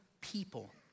people